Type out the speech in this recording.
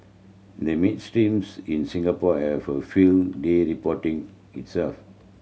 they mainstreams in Singapore have a few day reporting itself